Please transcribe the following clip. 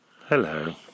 Hello